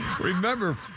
Remember